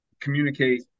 communicate